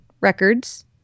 records